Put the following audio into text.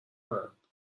کنند